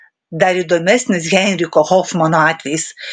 dar įdomesnis heinricho hofmano atvejis